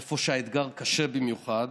איפה שהאתגר קשה במיוחד,